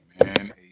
Amen